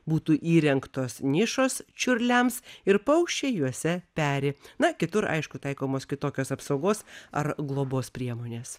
būtų įrengtos nišos čiurliams ir paukščiai juose peri na kitur aišku taikomos kitokios apsaugos ar globos priemonės